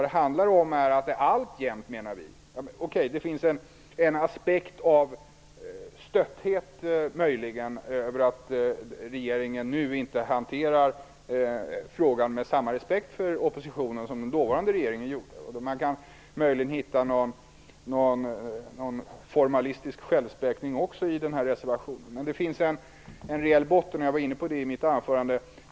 Det finns möjligen en aspekt av stötthet över att regeringen nu inte hanterar frågan med samma respekt för oppositionen som den dåvarande regeringen gjorde. Man kan möjligen också hitta någon formalistisk självspäkning i reservationen. Det finns dock en rejäl botten, vilket jag var inne på i mitt anförande.